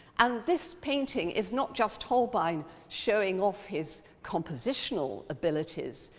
and this painting is not just holbein showing off his compositional abilities,